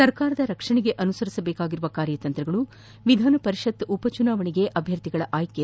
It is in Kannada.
ಸರ್ಕಾರದ ರಕ್ಷಣೆಗೆ ಅನುಸರಿಸಬೇಕಿರುವ ಕಾರ್ಯತಂತ್ರ ವಿಧಾನ ಪರಿಷತ್ ಉಪಚುನಾವಣೆಗೆ ಅಭ್ದರ್ಥಿಗಳ ಆಯ್ಕೆ